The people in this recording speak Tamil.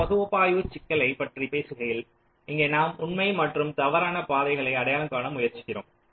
நேரப்பகுப்பாய்வு சிக்கலைப் பற்றி பேசுகையில் இங்கே நாம் உண்மை மற்றும் தவறான பாதைகளை அடையாளம் காண முயற்சிக்கிறோம்